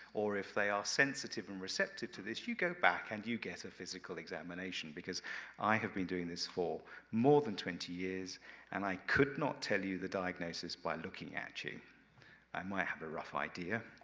or if they are sensitive and receptive to this, you go back and you get a physical examination, because i have been doing this for more than twenty years and i could not tell you the diagnosis by looking at you. i might have a rough idea,